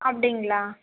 அப்படிங்களா